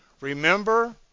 Remember